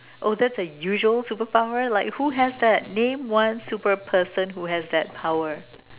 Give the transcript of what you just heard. oh that's a usual superpower like who has that name one super person who has that power